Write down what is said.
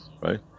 right